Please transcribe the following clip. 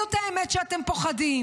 תגידו את האמת, שאתם פוחדים.